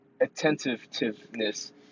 attentiveness